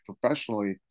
professionally